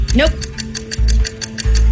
nope